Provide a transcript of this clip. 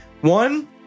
one